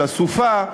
של הסופה,